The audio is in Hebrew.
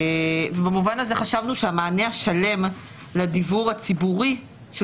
במובן הזה חשבנו שהמענה השלם לדיוור הציבורי של